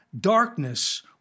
darkness